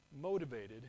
motivated